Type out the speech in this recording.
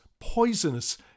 poisonous